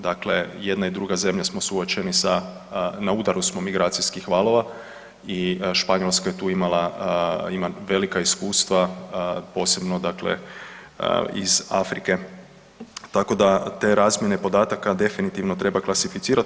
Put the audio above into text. Dakle, jedna i druga zemlja smo suočeni sa na udaru smo migracijskih valova i Španjolska je tu ima velika iskustva, posebno dakle iz Afrike tako da te razmjene podataka definitivno treba klasificirat.